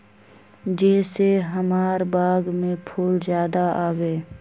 जे से हमार बाग में फुल ज्यादा आवे?